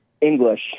English